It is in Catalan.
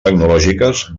tecnològiques